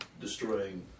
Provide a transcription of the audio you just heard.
destroying